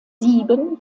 sieben